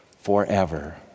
forever